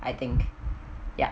I think ya